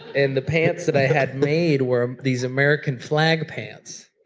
and the pants that i had made were these american flag pants